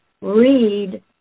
read